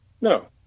No